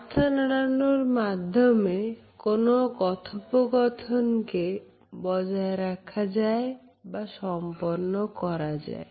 মাথা নাড়ানোর মাধ্যমে কোন কথোপকথনকে বজায় রাখা যায় বা সম্পন্ন করা যায়